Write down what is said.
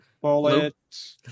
Bullet